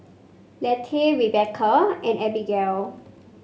Leatha Rebecca and Abigayle